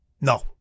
no